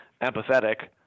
empathetic